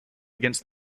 against